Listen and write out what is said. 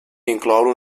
incloure